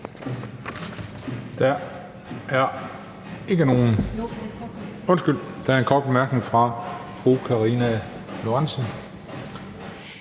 Der er en kort bemærkning fra hr. Jacob Jensen.